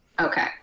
Okay